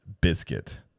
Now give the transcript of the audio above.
biscuit